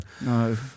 no